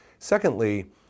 Secondly